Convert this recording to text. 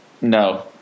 no